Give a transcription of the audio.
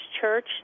church